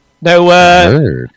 No